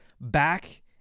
Back